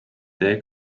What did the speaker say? tee